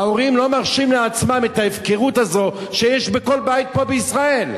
ההורים לא מרשים לעצמם את ההפקרות הזו שיש בכל בית פה בישראל?